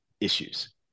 issues